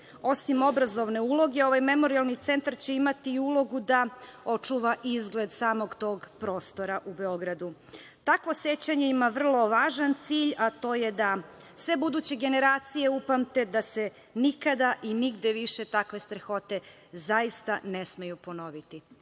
Osim obrazovne uloge, ovaj Memorijalni centar će imati i ulogu da očuva izgled samog tog prostora u Beogradu. Takvo sećanje ima vrlo važan cilj, a to je da sve buduće generacije upamte da se nikada i nigde više takve strahote zaista ne smeju ponoviti.